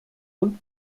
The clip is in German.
und